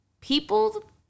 people